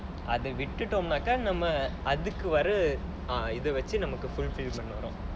அது விட்டுடோம் நாங்க அதுக்காகவே இத வச்சி:athu vituvitom naanga athukaagavae itha vachu fulfill பண்ணுனோம்:pannunom